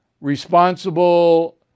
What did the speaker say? responsible